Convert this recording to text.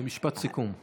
משפט סיכום.